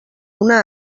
una